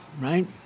Right